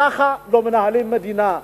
כך לא מנהלים מדינה.